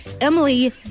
Emily